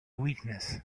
weakness